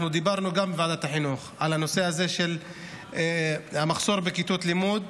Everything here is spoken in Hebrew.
אנחנו גם דיברנו בוועדת החינוך על הנושא של המחסור בכיתות לימוד.